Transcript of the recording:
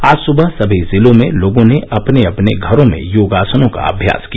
आज सुबह सभी जिलों में लोगों ने अपने अपने घरों में योगासनों का अभ्यास किया